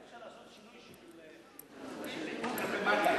אולי אפשר לעשות שינוי, שיורידו למטה.